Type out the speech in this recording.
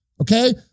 Okay